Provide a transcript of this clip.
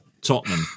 Tottenham